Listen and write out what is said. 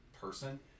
person